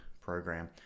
program